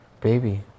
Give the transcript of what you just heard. Baby